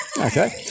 Okay